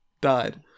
died